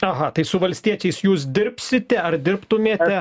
aha tai su valstiečiais jūs dirbsite ar dirbtumėte